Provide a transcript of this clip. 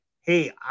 hey